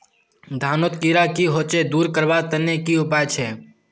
धानोत कीड़ा की होचे दूर करवार तने की उपाय छे?